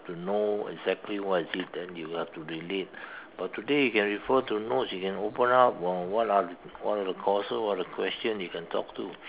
to know exactly what is it then you have to relate but today you can refer to notes you can open up on what are what are the causes what are the question you can talk to